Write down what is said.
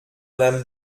madame